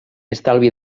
estalvi